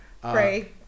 Pray